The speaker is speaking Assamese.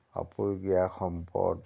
আপুৰুগীয়া সম্পদ